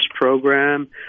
program